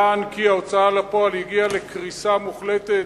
יען כי ההוצאה לפועל הגיעה לקריסה מוחלטת,